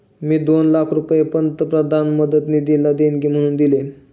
मी दोन लाख रुपये पंतप्रधान मदत निधीला देणगी म्हणून दिले